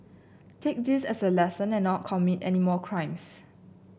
take this as a lesson and not commit any more crimes